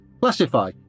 classify